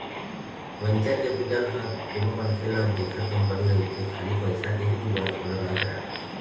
venture capital ह कोनो मनखे ल जेखर कंपनी रहिथे खाली पइसा के ही जुगाड़ ओला नइ कराय